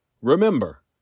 Remember